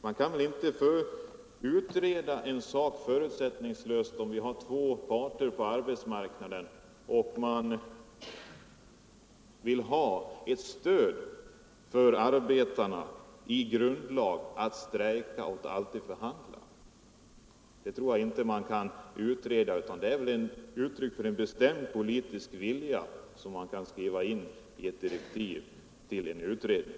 Man kan inte utreda en sak förutsättningslöst, om det finns två parter på arbetsmarknaden och man i grundlagen vill ha ett stöd för arbetarnas rätt att strejka och förhandli En sådan sak tror jag inte kan utredas; det måste uttryckas en bestämd politisk vilja som man skriver in i direktiven till en utredning.